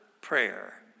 prayer